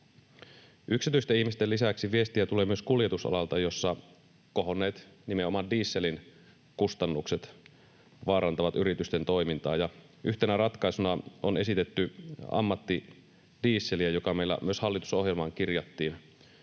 Yksityisten ihmisten lisäksi viestiä tulee kuljetusalalta, jossa kohonneet — nimenomaan dieselin — kustannukset vaarantavat yritysten toimintaa. Yhtenä ratkaisuna on esitetty ammattidieseliä, joka meillä myös hallitusohjelmaan kirjattiin.